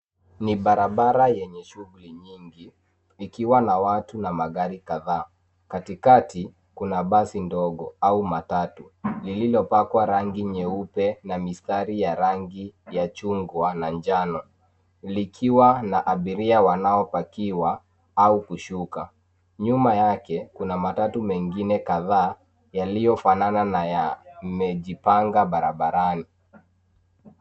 Ni barabara yenye shughuli nyingi, ikiwa na watu na magari kadhaa. Katikati, kuna basi ndogo au matatu, lililopakwa rangi nyeupe na mistari ya rangi ya chungwa na njano. Likiwa la abiria wanaopakiwa au kushuka. Nyuma yake, kuna matatu mengine kadhaa, yaliyofanana na yamejianga barabarani.